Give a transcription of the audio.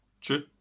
True